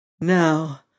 Now